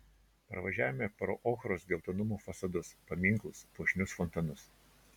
pravažiavome pro ochros geltonumo fasadus paminklus puošnius fontanus